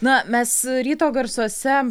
na mes ryto garsuose